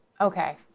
Okay